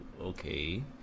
okay